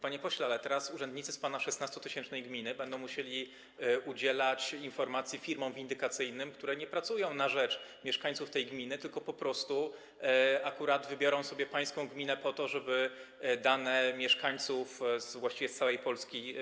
Panie pośle, teraz urzędnicy z pana 16-tysięcznej gminy będą musieli udzielać informacji firmom windykacyjnym, które nie pracują na rzecz mieszkańców tej gminy, tylko po prostu wybiorą sobie akurat pańską gminę, żeby pozyskać dane mieszkańców właściwie z całej Polski.